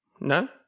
no